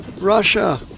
Russia